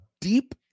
deep